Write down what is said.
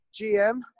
GM –